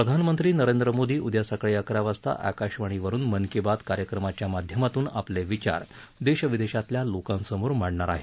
प्रधानमंत्री नरेंद्र मोदी उदया सकाळी अकरा वाजता आकाशवाणीवरून मन की बात कार्यक्रमाच्या माध्यामातून आपले विचार देश विदेशातल्या लोकांसमोर मांडणार आहेत